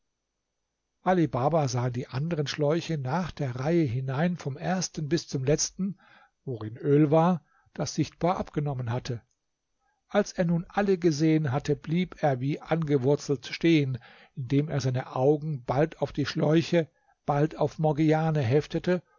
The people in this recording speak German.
ali baba sah in die anderen schläuche nach der reihe hinein vom ersten bis zum letzten worin öl war das sichtbar abgenommen hatte als er nun alle gesehen hatte blieb er wie angewurzelt stehen indem er seine augen bald auf die schläuche bald auf morgiane heftete